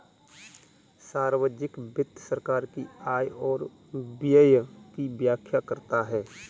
सार्वजिक वित्त सरकार की आय और व्यय की व्याख्या करता है